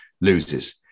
loses